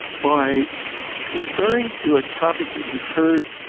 by referring to a topic that you heard